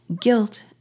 Guilt